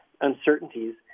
uncertainties